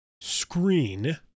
screen